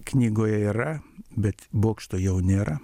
knygoje yra bet bokšto jau nėra